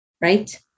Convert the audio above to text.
Right